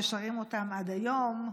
ששרים אותם עד היום.